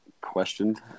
questioned